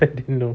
I didn't know